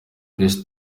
best